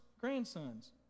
grandsons